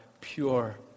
pure